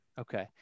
Okay